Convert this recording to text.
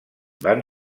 van